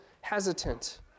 hesitant